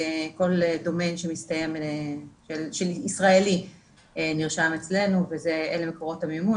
כל דומיין ישראלי נרשם אצלנו ואלה מקורות המימון